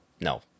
no